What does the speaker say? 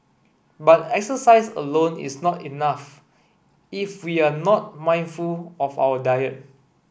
but exercise alone is not enough if we are not mindful of our diet